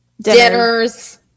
dinners